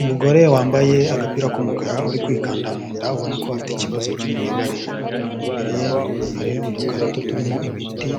Umugore wambaye agapira k'umukara uri kwikanda mu nda ubona ko afite ikibazo cy'ububabare, imbere ye hariho udukarito turimo imiti,